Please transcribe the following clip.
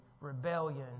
rebellion